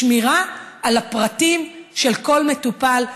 שמירה על הפרטים של כל מטופל,